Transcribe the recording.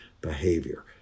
behavior